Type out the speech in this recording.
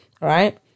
right